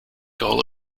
goal